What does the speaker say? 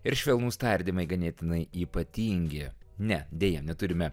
ir švelnūs tardymai ganėtinai ypatingi ne deja neturime